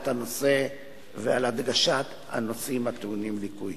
הנושא ועל הדגשת הנושאים הטעונים תיקון.